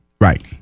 Right